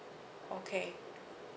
okay